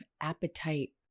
appetite